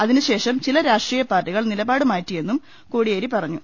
അതിന്ശേഷം ചില രാഷ്ട്രീ യപാർട്ടികൾ നിലപാട് മാറ്റിയെന്നും കോടിയേരി പറഞ്ഞു